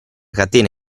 catena